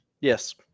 Yes